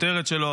הכותרת שלו,